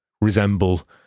resemble